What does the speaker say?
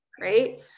Right